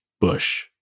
bush